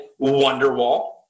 Wonderwall